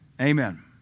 Amen